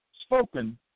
spoken